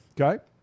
Okay